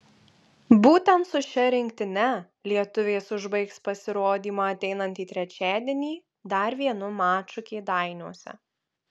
būtent su šia rinktine lietuvės užbaigs pasirodymą ateinantį trečiadienį dar vienu maču kėdainiuose